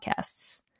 podcasts